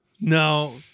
No